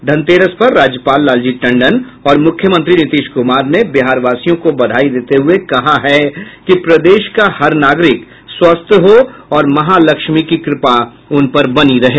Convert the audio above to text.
धनतेरस पर राज्यपाल लालजी टंडन और मुख्यमंत्री नीतीश कुमार ने बिहार वासियों को बधाई देते हुये कहा है कि प्रदेशभर का हर नागरिक स्वस्थ्य हों और महालक्ष्मी की कृपा उनपर बनी रही